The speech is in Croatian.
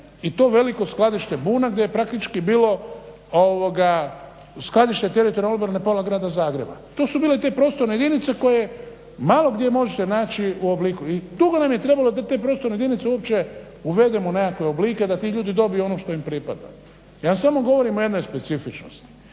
i to veliko skladište Buna gdje je praktički bilo skladište teritorijalne obrane plana grada Zagreba. To su bile te prostorne jedinice koje malo gdje možete naći u obliku i dugo nam je trebalo da te prostorne jedince uopće uvedemo u nekakve oblike da ti ljudi dobiju ono što im pripada. Ja samo govorim o jednoj specifičnosti